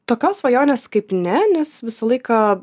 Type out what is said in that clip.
tokios svajonės kaip ne nes visą laiką